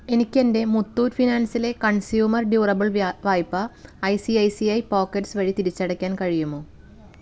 എനിക്ക് എൻ്റെ മുത്തൂറ്റ് ഫിനാൻസിലെ കൺസ്യൂമർ ഡ്യൂറബിൾ വായ്പ I C I C I pockets വഴി തിരിച്ചടയ്ക്കാൻ കഴിയുമോ